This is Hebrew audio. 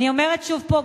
אני אומרת שוב פה,